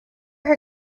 her